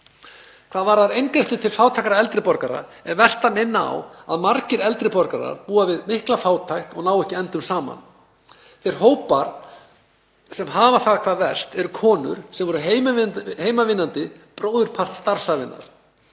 Hvað varðar eingreiðslu til fátækra eldri borgara er vert að minna á að margir eldri borgarar búa við mikla fátækt og ná ekki endum saman. Þeir hópar sem hafa það hvað verst eru konur, sem voru heimavinnandi bróðurpart starfsævinnar